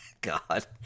God